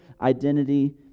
identity